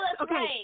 Okay